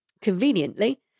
conveniently